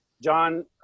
John